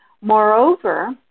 Moreover